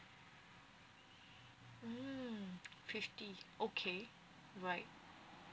mm fifty okay right